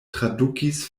tradukis